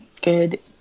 Good